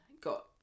got